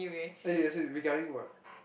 regarding what